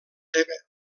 teva